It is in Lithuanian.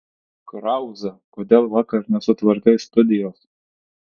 krauza kodėl vakar nesutvarkei studijos